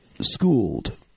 schooled